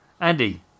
Andy